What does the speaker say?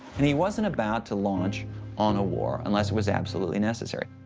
and he wasn't about to launch on a war unless it was absolutely necessary.